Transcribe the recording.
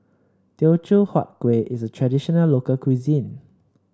Teochew Huat Kueh is a traditional local cuisine